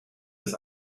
des